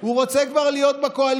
הוא רוצה כבר להיות בקואליציה,